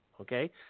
okay